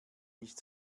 nicht